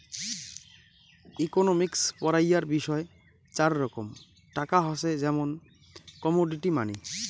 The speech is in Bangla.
ইকোনমিক্স পড়াইয়ার বিষয় চার রকম টাকা হসে, যেমন কমোডিটি মানি